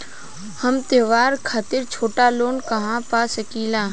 हम त्योहार खातिर छोटा लोन कहा पा सकिला?